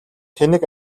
тэнэг